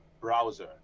browser